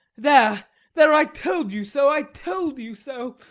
there there i told you so! i told you so! oh!